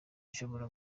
zishobora